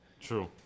True